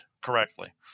correctly